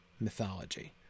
mythology